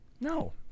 No